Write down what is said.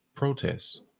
protests